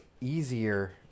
easier